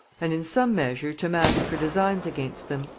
and in some measure to mask her designs against them.